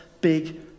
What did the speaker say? big